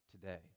today